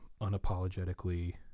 unapologetically